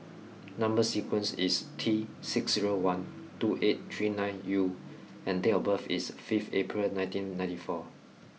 number sequence is T six zero one two eight three nine U and date of birth is five April nineteen ninety four